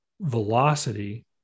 velocity